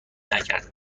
نکرد